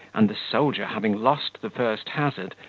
and the soldier having lost the first hazard,